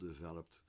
developed